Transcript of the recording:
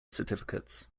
certificates